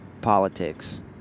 politics